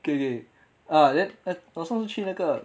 可以可以啊 then 啊我上次去那个